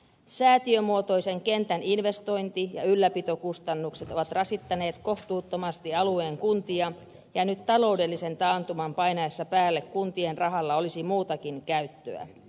säätiömuotoisen kentän investointi ja ylläpitokustannukset ovat rasittaneet kohtuuttomasti alueen kuntia ja nyt taloudellisen taantuman painaessa päälle kuntien rahalla olisi muutakin käyttöä